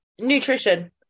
Nutrition